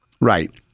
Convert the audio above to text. Right